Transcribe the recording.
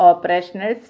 Operational